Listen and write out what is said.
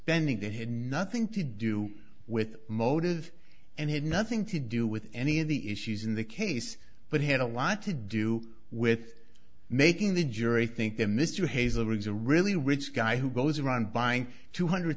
spending that had nothing to do with motive and had nothing to do with any of the issues in the case but had a lot to do with making the jury think that mr hayes a rig's a really rich guy who goes around buying two hundred